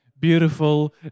beautiful